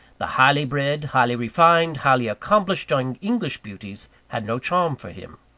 the highly-bred, highly-refined, highly-accomplished young english beauties had no charm for him.